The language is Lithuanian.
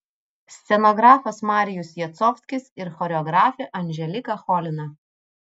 scenografas marijus jacovskis ir choreografė anželika cholina